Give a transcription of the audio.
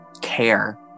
care